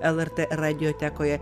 lrt radiotekoje